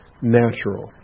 natural